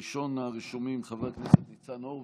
ראשון הרשומים, חבר הכנסת ניצן הורוביץ.